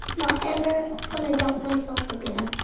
not ever gonna doubt myself again.